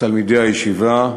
לתלמידי הישיבה: